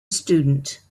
student